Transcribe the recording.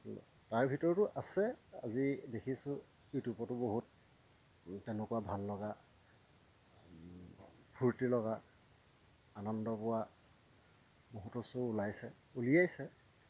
তাৰ ভিতৰতো আছে আজি দেখিছোঁ ইউটিউবতো বহুত তেনেকুৱা ভাল লগা ফূৰ্তি লগা আনন্দ পোৱা বহুতো শ্ব' ওলাইছে উলিয়াইছে